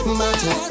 matter